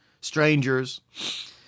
strangers